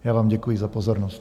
Já vám děkuji za pozornost.